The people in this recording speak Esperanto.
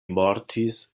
mortis